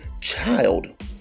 child